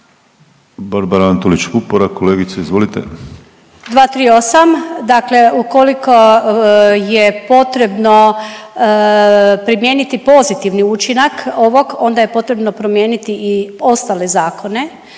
**Antolić Vupora, Barbara (SDP)** 238., dakle ukoliko je potrebno primijeniti pozitivni učinak ovog onda je potrebno promijeniti i ostale zakone,